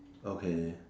okay